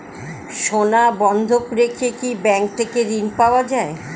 সোনা বন্ধক রেখে কি ব্যাংক থেকে ঋণ পাওয়া য়ায়?